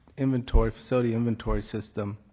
inventory facility inventory system